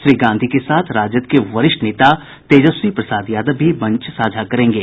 श्री गांधी के साथ राजद के वरिष्ठ नेता तेजस्वी प्रसाद यादव भी मंच साझा करेंगे